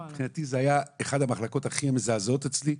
מבחינתי זו הייתה אחת המחלקות הכי מזעזעות אצלי,